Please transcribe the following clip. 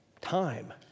time